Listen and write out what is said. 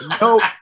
no